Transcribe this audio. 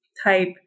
type